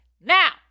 Now